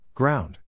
Ground